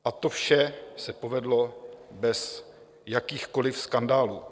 A to vše se povedlo bez jakýchkoli skandálů.